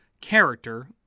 character